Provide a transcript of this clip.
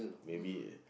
maybe